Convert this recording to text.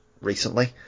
recently